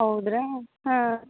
ಹೌದ್ರಾ ಹಾಂ